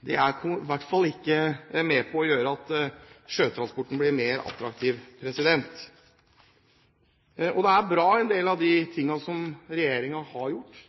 Det er i hvert fall ikke med på å gjøre at sjøtransporten blir mer attraktiv. En del av de tingene som regjeringen har gjort,